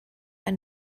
ein